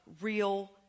real